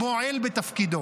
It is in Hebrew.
למעשה מועל בתפקידו.